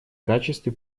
качестве